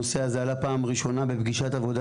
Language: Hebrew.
הנושא הזה עלה פעם ראשונה בפגישת עבודה